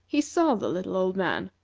he saw the little old man.